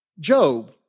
Job